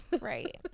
right